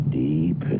deep